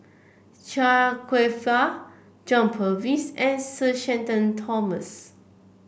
Chia Kwek Fah John Purvis and Sir Shenton Thomas